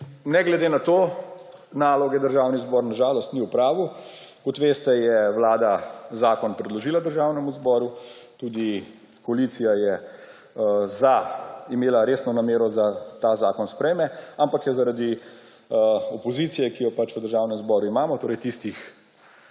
ne glede na to, naloge Državni zbor na žalost ni opravil. Kot veste, je Vlada zakon predložila Državnemu zboru, tudi koalicija je imela resno namero, da ta zakon sprejme, ampak je zaradi opoziciji, ki jo pač v Državnem zboru imamo, torej tistih